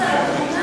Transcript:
הזכות.